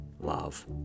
love